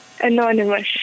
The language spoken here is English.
Anonymous